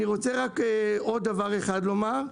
אני רוצה רק עוד דבר אחד לומר,